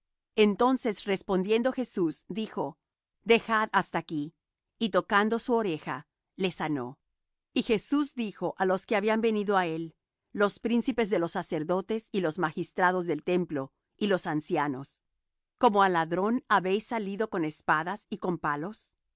entonces respondiendo jesús dijo dejad hasta aquí y tocando su oreja le sanó y jesús dijo á los que habían venido á él los príncipes de los sacerdotes y los magistrados del templo y los ancianos como á ladrón habéis salido con espadas y con palos